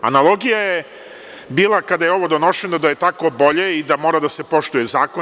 Analogija je bila, kada je ovo donošeno, da je tako bolje i da mora da se poštuje zakon.